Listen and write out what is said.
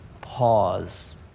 Pause